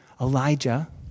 Elijah